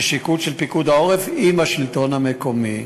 זה שיקול של פיקוד העורף עם השלטון המקומי.